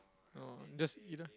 orh just eat lah